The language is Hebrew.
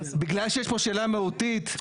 כי יש מצוקת דיור.